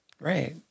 Right